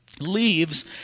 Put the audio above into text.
leaves